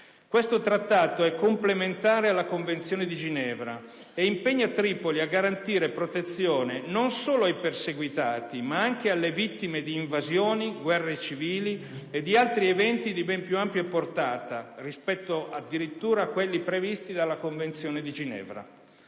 Questo Trattato è complementare alla Convenzione di Ginevra e impegna Tripoli a garantire protezione non solo ai perseguitati, ma anche alle vittime di invasioni, guerre civili e altri eventi di ben più ampia portata rispetto addirittura a quelli previsti dalla Convenzione di Ginevra.